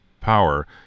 power